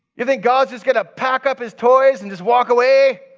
you think god is gonna pack up his toys and just walk away?